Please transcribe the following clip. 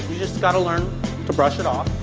just gotta learn to brush it off,